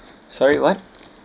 sorry what